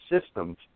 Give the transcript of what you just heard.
systems